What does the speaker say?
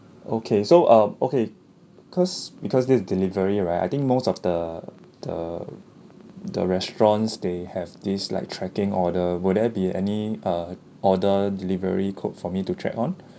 okay so um okay cause because this is delivery right I think most of the the the restaurant they have this like tracking order will there be any uh order delivery code for me to track on